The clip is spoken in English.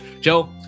Joe